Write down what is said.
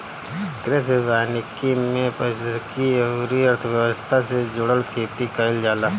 कृषि वानिकी में पारिस्थितिकी अउरी अर्थव्यवस्था से जुड़ल खेती कईल जाला